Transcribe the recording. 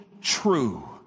true